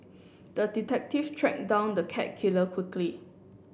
the detective tracked down the cat killer quickly